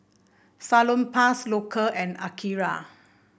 Salonpas Loacker and Akira